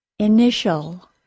Initial